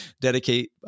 dedicate